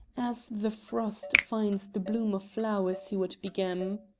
as the frost finds the bloom of flowers he would begem.